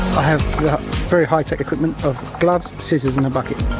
i have very high-tech equipment of gloves, scissors and a bucket.